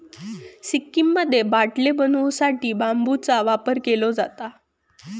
सिक्कीममध्ये बाटले बनवू साठी बांबूचा वापर केलो जाता